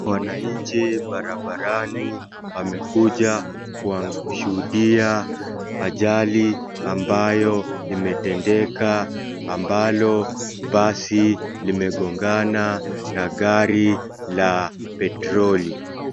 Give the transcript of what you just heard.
Wananchi barabarani wamekuja kushuhudia ajali ambayo imetendeka, ambalo basi limegongana na gari la petroli.